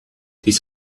this